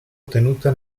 ottenuta